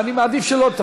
ואני מעדיף שלא תפסידי.